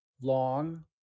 long